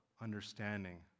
understanding